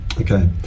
okay